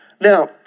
Now